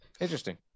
Interesting